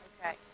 Okay